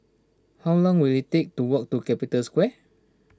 how long will it take to walk to Capital Square